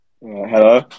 Hello